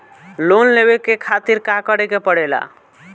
Loan लेवे के खातिर का करे के पड़ेला?